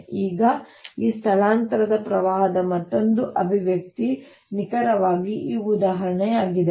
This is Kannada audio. ಈಗ ಈ ಸ್ಥಳಾಂತರದ ಪ್ರವಾಹದ ಮತ್ತೊಂದು ಅಭಿವ್ಯಕ್ತಿ ನಿಖರವಾಗಿ ಈ ಉದಾಹರಣೆಯಾಗಿದೆ